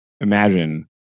Imagine